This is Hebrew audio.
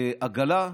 עגלה,